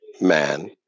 man